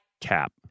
cap